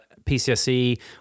PCSE